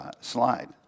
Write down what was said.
slide